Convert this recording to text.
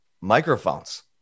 microphones